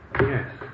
Yes